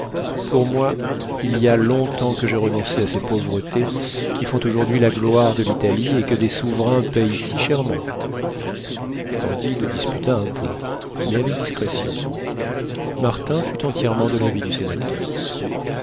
pour moi il y a long-temps que j'ai renoncé à ces pauvretés qui font aujourd'hui la gloire de l'italie et que des souverains paient si chèrement candide disputa un peu mais avec discrétion martin fut entièrement de l'avis du sénateur